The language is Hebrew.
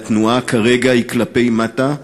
והתנועה כרגע היא כלפי מטה,